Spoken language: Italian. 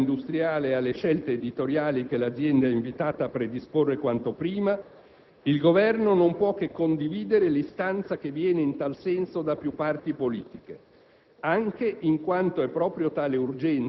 Con specifico riferimento, poi, al piano industriale e alle scelte editoriali che l'azienda è invitata a predisporre quanto prima, il Governo non può che condividere l'istanza che viene in tal senso da più parti politiche,